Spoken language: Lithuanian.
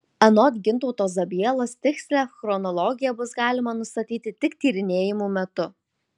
anot gintauto zabielos tikslią chronologiją bus galima nustatyti tik tyrinėjimų metu